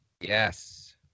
Yes